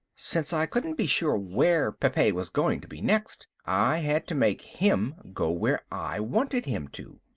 since i couldn't be sure where pepe was going to be next, i had to make him go where i wanted him to.